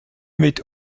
mit